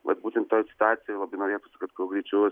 vat būtent toj situacijoje labai norėtųsi kad kuo greičiau